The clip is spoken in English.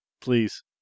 Please